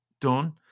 done